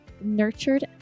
Nurtured